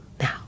now